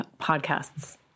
podcasts